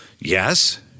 yes